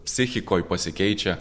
psichikoj pasikeičia